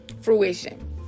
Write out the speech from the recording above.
fruition